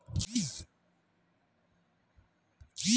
रमकलिया के सबले बढ़िया परकार के संकर बीज कोन हर ये?